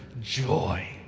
joy